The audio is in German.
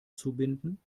zubinden